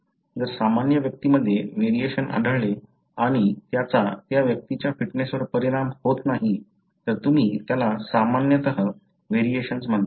जर सामान्य व्यक्तीमध्ये व्हेरिएशन्स आढळले आणि त्याचा त्या व्यक्तीच्या फिटनेसवर परिणाम होत नाही तर तुम्ही त्याला सामान्यतः व्हेरिएशन्स म्हणता